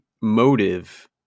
motive